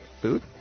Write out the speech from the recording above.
food